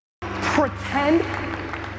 pretend